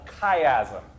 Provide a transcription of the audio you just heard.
chiasm